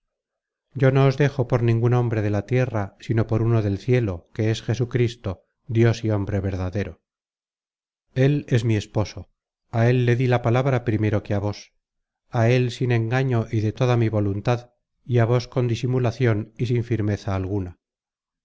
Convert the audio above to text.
yo no os dejo por ningun hombre de la tierra sino por uno del cielo que es jesucristo dios y hombre verdadero él es mi esposo á él le dí la palabra primero que á vos á él sin engaño y de foda mi voluntad y á vos con disimulacion y sin firmeza alguna